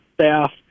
staff